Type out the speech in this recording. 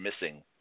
missing